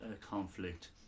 conflict